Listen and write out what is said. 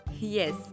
Yes